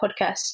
podcast